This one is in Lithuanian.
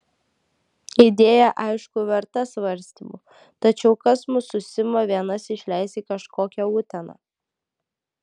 idėja aišku verta svarstymų tačiau kas mus su sima vienas išleis į kažkokią uteną